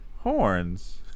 horns